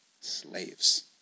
slaves